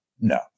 no